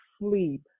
sleep